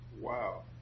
Wow